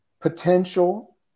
potential